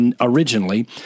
originally